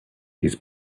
his